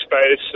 space